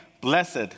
blessed